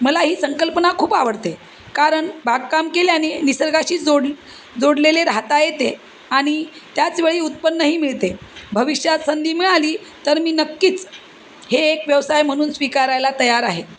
मला ही संकल्पना खूप आवडते कारण बागकाम केल्याने निसर्गाशी जोड जोडलेले राहता येते आणि त्याच वेळी उत्पन्नही मिळते भविष्यात संधी मिळाली तर मी नक्कीच हे एक व्यवसाय म्हणून स्वीकारायला तयार आहे